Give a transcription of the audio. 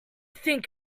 think